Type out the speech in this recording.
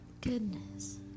Goodness